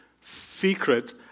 secret